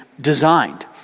designed